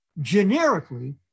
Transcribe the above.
generically